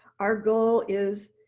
our goal is,